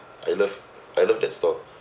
I love I love that store